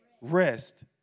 Rest